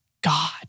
God